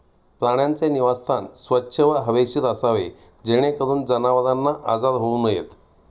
प्राण्यांचे निवासस्थान स्वच्छ व हवेशीर असावे जेणेकरून जनावरांना आजार होऊ नयेत